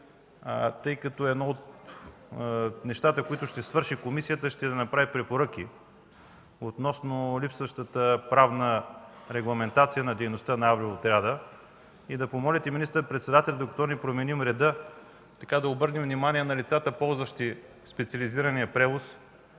Тъй като едно от нещата, които ще свърши комисията, е да направи препоръки относно липсващата правна регламентация на дейността на авиоотряда, искам да Ви помоля да помолите министър-председателя докато не променим реда, да обърне внимание на лицата, ползващи специализирания превоз